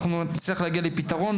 נצליח להגיע לפתרון.